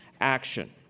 action